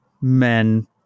men